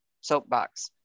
soapbox